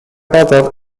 brother